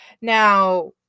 Now